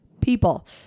People